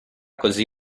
così